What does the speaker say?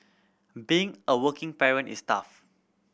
being a working parent is tough